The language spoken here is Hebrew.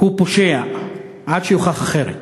הוא פושע עד שיוכח אחרת.